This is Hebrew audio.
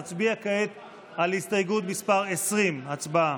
נצביע כעת על הסתייגות מס' 20. הצבעה.